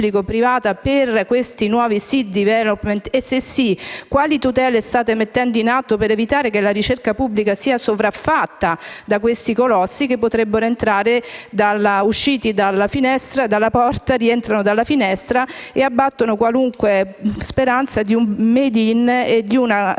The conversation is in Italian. per questi nuovi *seed development* e, se sì, quali tutele state mettendo in atto per evitare che la ricerca pubblica sia sopraffatta da questi colossi che, usciti dalla porta, rientrano dalla finestra e abbattono qualunque speranza di un «*made in»* e di un